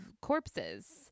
corpses